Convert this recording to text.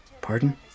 Pardon